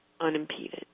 unimpeded